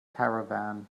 caravan